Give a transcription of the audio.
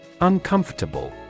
Uncomfortable